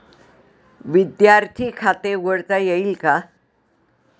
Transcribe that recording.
विद्यार्थी खाते उघडता येईल का?